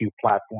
platform